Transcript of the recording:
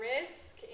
risk